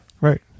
Right